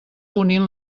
unint